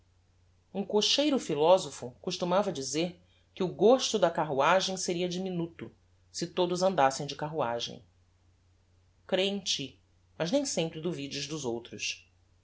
um cocheiro philosopho costumava dizer que o gosto da carruagem seria diminuto se todos andassem de carruagem crê em ti mas nem sempre duvides dos outros